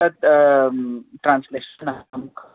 तत् ट्रान्स्लेशन्ं